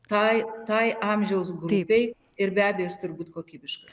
ką tai amžiaus grupei ir be abejo jis turi būt kokybiškas